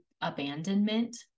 abandonment